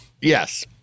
Yes